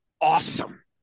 awesome